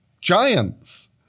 Giants